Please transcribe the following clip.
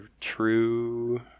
true